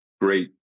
Great